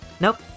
Nope